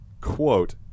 quote